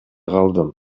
калдым